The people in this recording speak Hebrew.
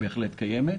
היא בהחלט קיימת.